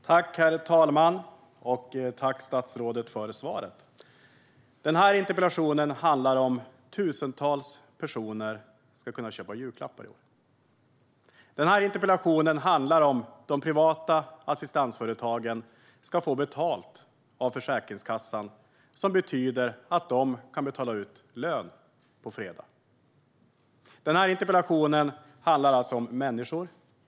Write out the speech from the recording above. Herr talman! Tack, statsrådet, för svaret! Denna interpellation handlar om huruvida tusentals personer ska kunna köpa julklappar i år. Denna interpellation handlar om huruvida de privata assistansföretagen ska få betalt av Försäkringskassan, vilket skulle betyda att de kan betala ut lön på fredag. Denna interpellation handlar alltså om människor.